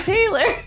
Taylor